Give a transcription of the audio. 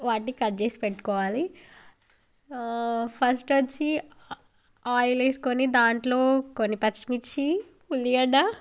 వాటిని కట్ చేసి పెట్టుకోవాలి ఫస్ట్ వచ్చి ఆయిల్ వేసుకుని దాంట్లో కొన్ని పచ్చిమిర్చి ఉల్లిగడ్డ